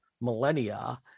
millennia